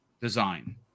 design